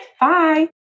Bye